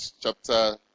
chapter